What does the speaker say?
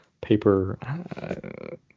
paper